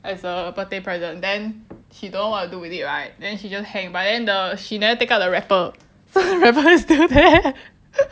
as a birthday present then she don't know what to do with it right then she just hang but then the she never take out the wrapper the wrapper is still there